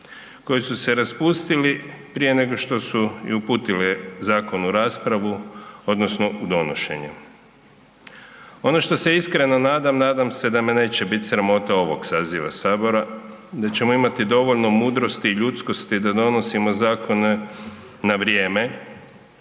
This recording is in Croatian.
koji su se raspustili prije nego su uputili zakon u raspravu odnosno u donošenje. Ono što se iskreno nadam, nadam se da me neće biti sramota ovog saziva Sabora, da ćemo imati dovoljno mudrosti i ljudskosti da donosimo zakone na vrijeme